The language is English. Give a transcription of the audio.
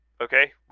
Okay